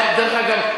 דרך אגב,